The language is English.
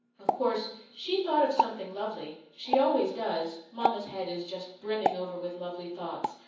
of course she thought of something lovely she always does mama's head is just brimming over with lovely thoughts,